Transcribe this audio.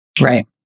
Right